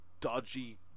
dodgy